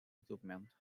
equipment